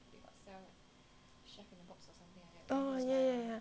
oh ya